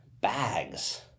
bags